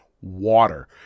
Water